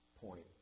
point